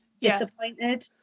disappointed